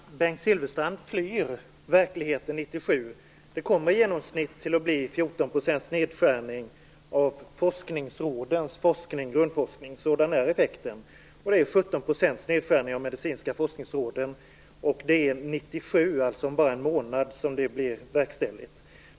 Herr talman! Bengt Silfverstrand flyr från verkligheten 1997. Det kommer i genomsnitt att bli 14 % Det kommer att verkställas år 1997, alltså om bara något mer än en månad.